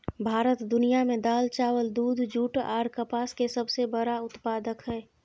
भारत दुनिया में दाल, चावल, दूध, जूट आर कपास के सबसे बड़ा उत्पादक हय